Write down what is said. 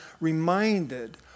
reminded